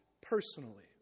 personally